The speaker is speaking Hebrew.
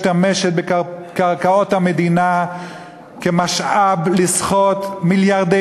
משתמשת בקרקעות המדינה כמשאב לסחוט מיליארדי